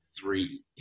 three